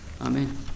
Amen